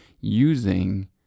using